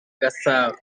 gasabo